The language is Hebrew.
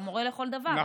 הוא מורה לכל דבר,